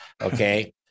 okay